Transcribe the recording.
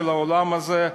של האולם הזה,